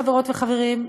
חברות וחברים,